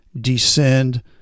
descend